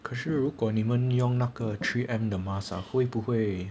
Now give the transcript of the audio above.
可是如果你们用那个 three M 的 mask ah 会不会